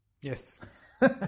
Yes